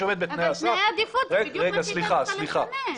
תנאי עדיפות זה בדיוק מה שייתן לך לסנן.